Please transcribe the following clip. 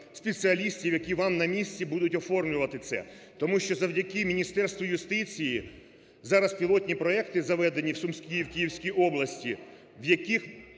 спеціалістів, які вам на місці будуть оформлювати це. Тому що завдяки Міністерству юстиції зараз пілотні проекти заведені в Сумській і в Київській області, в яких